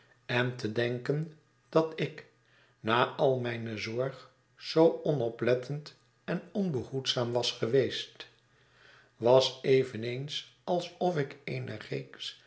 en te denken dat ik na al mijne zorg zoo onoplettend en onbehoedzaam was geweest was eveneens alsof ik eene